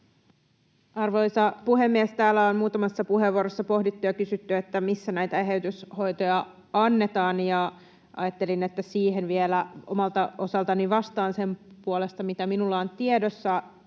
Arvoisa puhemies! Täällä on muutamassa puheenvuorossa pohdittu ja kysytty, missä näitä eheytyshoitoja annetaan, ja ajattelin, että siihen vielä omalta osaltani vastaan sen puolesta, mitä minulla on tiedossa: